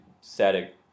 static